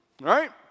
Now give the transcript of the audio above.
right